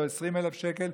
לא 20,000 שקלים,